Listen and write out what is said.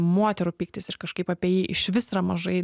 moterų pyktis ir kažkaip apie jį išvis yra mažai